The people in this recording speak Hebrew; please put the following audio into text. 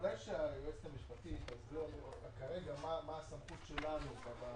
אולי שהיועצת המשפטית תגדיר מה הסמכות שלנו.